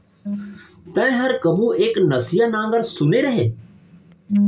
तैंहर कभू एक नसिया नांगर सुने रहें?